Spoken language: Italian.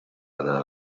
alla